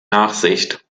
nachsicht